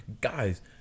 guys